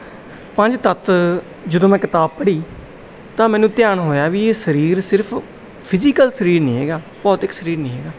ਪੰਜ ਤੱਤ ਜਦੋਂ ਮੈਂ ਕਿਤਾਬ ਪੜ੍ਹੀ ਤਾਂ ਮੈਨੂੰ ਧਿਆਨ ਹੋਇਆ ਵੀ ਇਹ ਸਰੀਰ ਸਿਰਫ ਫਿਜੀਕਲ ਸਰੀਰ ਨਹੀਂ ਹੈਗਾ ਭੌਤਿਕ ਸਰੀਰ ਨਹੀਂ ਹੈਗਾ